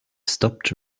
stopped